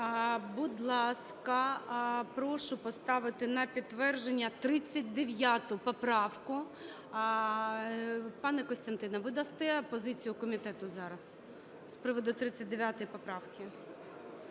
Будь ласка, прошу поставити на підтвердження 39 поправку. Пане Костянтине, ви дасте позицію комітету зараз? З приводу 39 поправки.